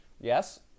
Yes